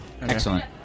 Excellent